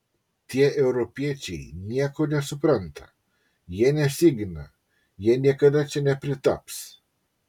tie europiečiai nieko nesupranta jie nesigina jie niekada čia nepritaps